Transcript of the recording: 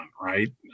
right